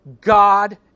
God